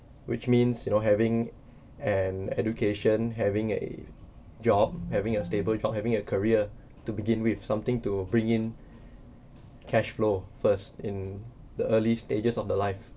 which means you know having an education having a job having a stable job having a career to begin with something to bring in cash flow first in the early stages of the life